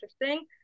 interesting